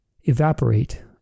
evaporate